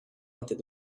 wanted